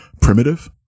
primitive